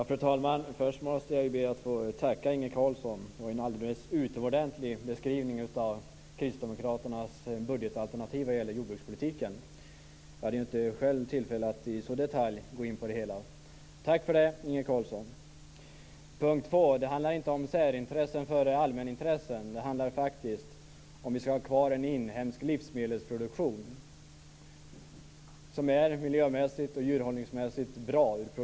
Fru talman! Jag måste först tacka Inge Carlsson för en alldeles utomordentlig beskrivning av kristdemokraternas budgetalternativ vad gäller jordbrukspolitiken. Jag hade själv inte tillfälle att så i detalj redogöra för det. Det handlar vidare inte om särintressen före allmänintressen utan faktiskt om ifall vi ska ha kvar en inhemsk livsmedelsproduktion som är miljömässigt och djurhållningsmässigt bra.